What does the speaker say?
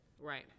Right